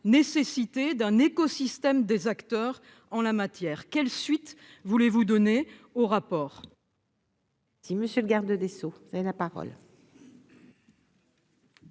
nécessité d'un écosystème des acteurs en la matière, quelles suites voulez-vous donner au rapport. Si monsieur le garde des Sceaux, vous avez la parole.